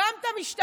גם את המשטרה,